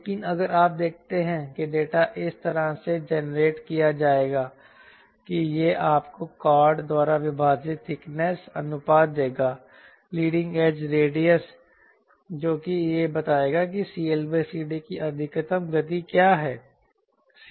लेकिन अगर आप देखते हैं कि डेटा इस तरह से जेनरेट किया जाएगा कि यह आपको कॉर्ड द्वारा विभाजित ठीकनेस अनुपात देगा लीडिंग एज रेडियस जो कि यह बताएगा कि CLCD की अधिकतम गति क्या है